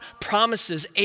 promises